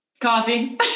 Coffee